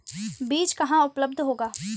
बीज कहाँ उपलब्ध होगा?